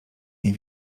nie